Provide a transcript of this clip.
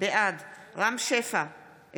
בעד רם שפע,